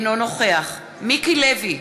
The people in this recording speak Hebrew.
אינו נוכח מיקי לוי,